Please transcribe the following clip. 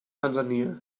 tansania